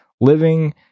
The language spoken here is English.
Living